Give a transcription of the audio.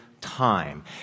time